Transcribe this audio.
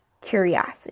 curiosity